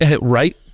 right